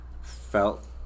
felt